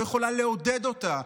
לא יכולה לעודד אותה,